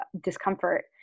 discomfort